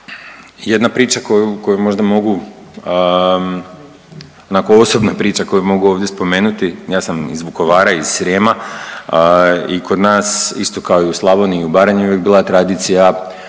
Jedna priča koju možda mogu, onako osobna priča koju mogu ovdje spomenuti. Ja sam iz Vukovara, iz Srijema i kod nas isto kao i u Slavoniji, Baranji uvijek bila tradicija